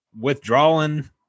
withdrawing